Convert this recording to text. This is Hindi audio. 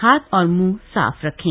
हाथ और मुंह साफ रखें